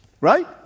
Right